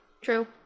true